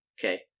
Okay